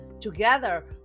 Together